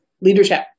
leadership